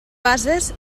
bases